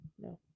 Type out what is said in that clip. No